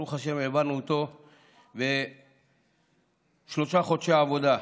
ברוך השם, העברנו אותו בשלושה חודשי עבודה.